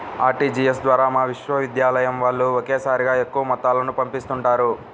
RTGS ద్వారా మా విశ్వవిద్యాలయం వాళ్ళు ఒకేసారిగా ఎక్కువ మొత్తాలను పంపిస్తుంటారు